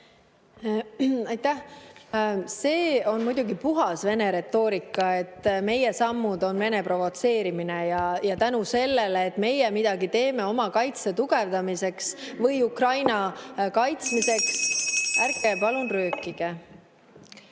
See on muidugi puhas Vene retoorika, et meie sammud on Venemaa provotseerimine ja tänu sellele, et meie midagi teeme oma kaitse tugevdamiseks või Ukraina kaitsmiseks ... (Mart Helme